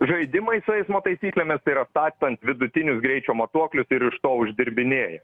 žaidimai su eismo taisyklėmis tai yra statant vidutinius greičio matuoklius ir iš to uždirbinėja